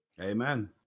amen